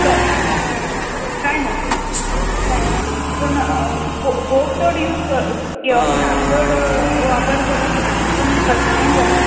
बरें बरें काय नजो काय नजो पूण फो् फोग चड यूज क् घेवप ना चड वापर करप ना तितून प्रदूशण जाता